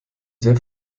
sehr